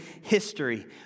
history